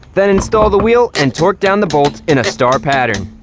then, install the wheel and torque down the bolts in a star pattern.